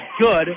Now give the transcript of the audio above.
good